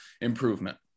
improvement